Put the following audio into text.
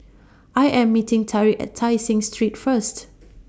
I Am meeting Tariq At Tai Seng Street First